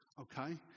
okay